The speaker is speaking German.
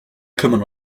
kümmern